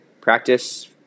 Practice